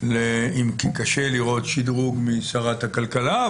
אם כי קשה לראות שדרוג משרת הכלכלה.